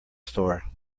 store